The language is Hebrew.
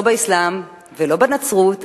לא באסלאם ולא בנצרות,